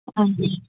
ആ